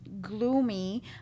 gloomy